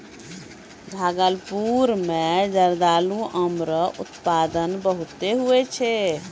भागलपुर मे जरदालू आम रो उत्पादन बहुते हुवै छै